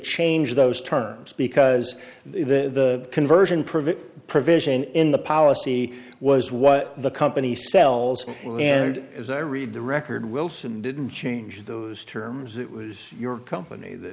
change those terms because the conversion privet provision in the policy was what the company sells and as i read the record wilson didn't change those terms it was your company that